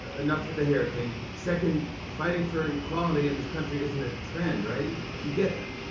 enough with the hair thing. second, fighting for equality in this country isn't a trend, right? you get that?